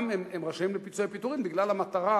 הם גם רשאים לפיצויי פיטורים בגלל המטרה,